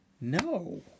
No